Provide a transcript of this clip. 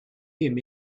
him